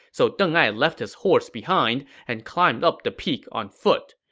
so deng ai left his horse behind and climbed up the peak on foot.